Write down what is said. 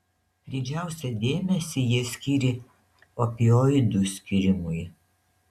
didžiausią dėmesį jie skyrė opioidų skyrimui